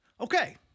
Okay